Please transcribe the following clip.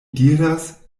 diras